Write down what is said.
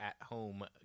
at-home